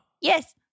Yes